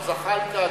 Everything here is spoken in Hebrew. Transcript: גם זחאלקה,